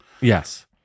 Yes